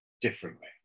differently